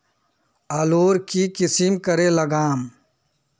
आलूर की किसम करे लागम?